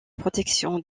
protection